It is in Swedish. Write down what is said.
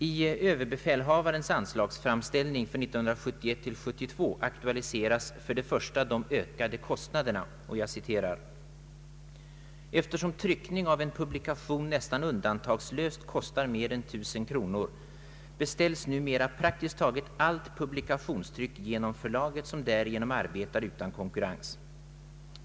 I överbefälhavarens anslagsframställning för 1971/72 aktualiseras till att börja med de ökade kostnaderna. Jag citerar: ”Eftersom tryckning av en publikation nästan undantagslöst kostar mer än 19000 kr. beställs numera praktiskt taget allt publikationstryck genom förlaget som därigenom arbetar utan konkurrens.